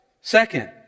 Second